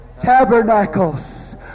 tabernacles